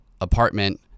apartment